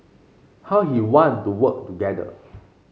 how he want to work together